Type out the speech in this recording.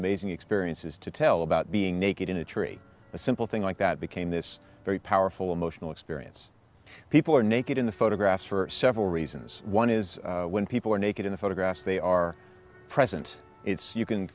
amazing experiences to tell about being naked in a tree a simple thing like that became this very powerful emotional experience people are naked in the photographs for several reasons one is when people are naked in the photographs they are present it's you can